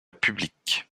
publique